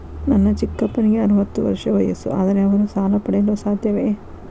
ನನ್ನ ಚಿಕ್ಕಪ್ಪನಿಗೆ ಅರವತ್ತು ವರ್ಷ ವಯಸ್ಸು, ಆದರೆ ಅವರು ಸಾಲ ಪಡೆಯಲು ಸಾಧ್ಯವೇ?